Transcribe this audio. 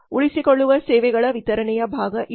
ಉಳಿಸಿಕೊಳ್ಳುವ ಸೇವೆಗಳ ವಿತರಣೆಯ ಭಾಗ ಇವು